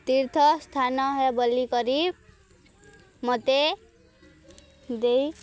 ତୀର୍ଥ ସ୍ଥାନ ହେ ବୋଲିକରି ମୋତେ ଦେଇ